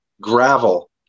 gravel